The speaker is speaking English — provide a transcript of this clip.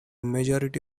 majority